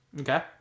Okay